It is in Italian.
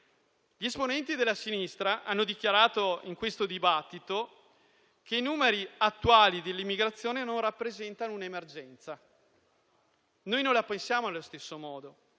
Gli esponenti della sinistra hanno dichiarato, in questo dibattito, che i numeri attuali dell'immigrazione non rappresentano un'emergenza. Noi non la pensiamo allo stesso modo,